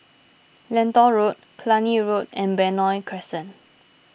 Lentor Road Cluny Road and Benoi Crescent